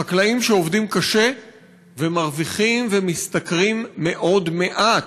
חקלאים שעובדים קשה ומרוויחים ומשתכרים מאוד מעט,